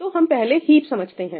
तो हम पहले हीप समझते हैं